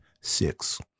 Six